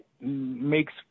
makes